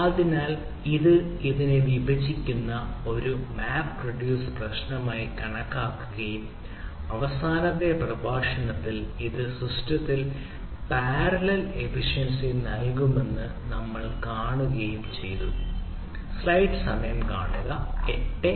അതിനാൽ ഇത് ഇതിനെ വിഭജിക്കുന്നത് ഒരു മാപ്പ് റെഡ്യൂസ് പ്രശ്നമായി കണക്കാക്കുകയും അവസാനത്തെ പ്രസംഗം അല്ലെങ്കിൽ അവസാന പ്രഭാഷണത്തിൽ ഇത് സിസ്റ്റത്തിൽ പാരലൽ എഫിഷ്യൻസി നൽകുമെന്ന് നമ്മൾ കാണിക്കുകയും ചെയ്തു